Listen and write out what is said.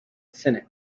senate